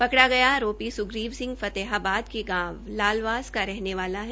पकड़ा गया आरोपी सुग्रीव सिंह फतेहाबाद के गांव लालवास का रहने वाला है